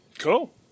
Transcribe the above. Cool